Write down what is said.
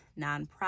nonprofit